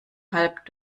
halb